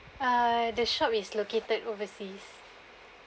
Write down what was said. uh the shop is located overseas